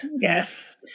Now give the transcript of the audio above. Yes